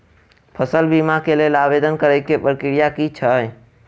फसल बीमा केँ लेल आवेदन करै केँ प्रक्रिया की छै?